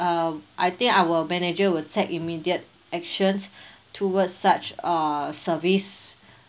um I think our manager will take immediate actions towards such uh service